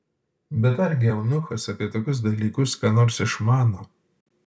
bet argi eunuchas apie tokius dalykus ką nors išmano